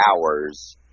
hours